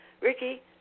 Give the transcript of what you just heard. Ricky